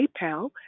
PayPal